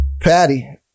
Patty